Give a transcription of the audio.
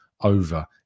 over